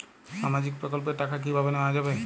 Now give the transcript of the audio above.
সামাজিক প্রকল্পের টাকা কিভাবে নেওয়া যাবে?